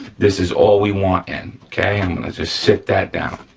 this is all we want in okay? i'm gonna just sit that down.